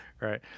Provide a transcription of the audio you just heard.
Right